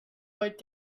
what